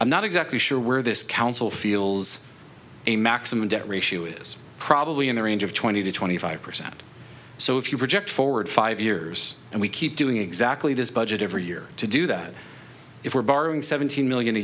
i'm not exactly sure where this council feels a maximum debt ratio is probably in the range of twenty to twenty five percent so if you project forward five years and we keep doing exactly this budget every year to do that if we're borrowing seventeen million a